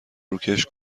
روکش